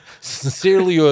sincerely